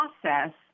process